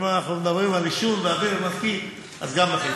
אנחנו מדברים על עישון ואוויר נקי, אז גם בחיפה.